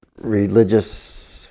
religious